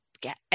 get